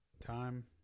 Time